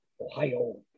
ohio